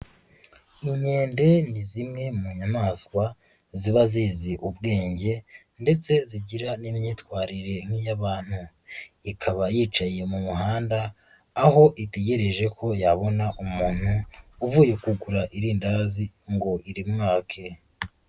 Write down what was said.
Inkende ni zimwe mu nyamaswa ziba zizi ubwenge ndetse zigira n'imyitwarire nk'iy'abantu ikaba yicaye mu muhanda aho itegereje ko yabona umuntu uvuye kugura irindazi ngo irimwake.